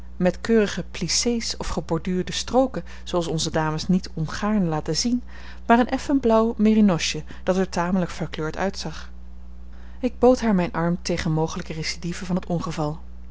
met keurige plissés of geborduurde strooken zooals onze dames niet ongaarne laten zien maar een effen blauw merinosje dat er tamelijk verkleurd uitzag ik bood haar mijn arm tegen mogelijke recidive van het ongeval